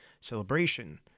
Celebration